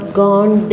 gone